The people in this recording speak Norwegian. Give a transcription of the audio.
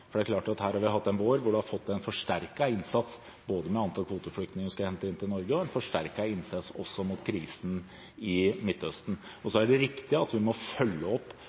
Her har vi hatt en vår hvor man har fått en forsterket innsats med antall kvoteflyktninger man skal hente inn til Norge, og en forsterket innsats mot krisen i Midtøsten. Så er det riktig at vi må følge opp